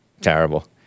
Terrible